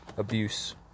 Abuse